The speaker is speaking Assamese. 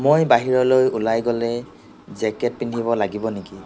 মই বাহিৰলৈ ওলাই গ'লে জেকেট পিন্ধিব লাগিব নেকি